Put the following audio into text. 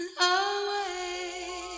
away